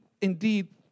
indeed